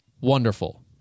wonderful